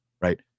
right